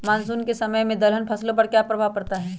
Monsoon के समय में दलहन फसलो पर क्या प्रभाव पड़ता हैँ?